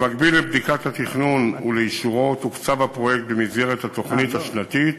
במקביל לבדיקת התכנון ולאישורו תוקצב הפרויקט במסגרת התוכנית השנתית